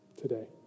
today